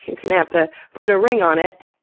you're gonna have to put a ring on it.